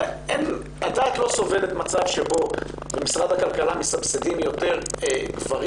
הדעת לא סובלת מצב שבו במשרד הכלכלה מסבסדים יותר גברים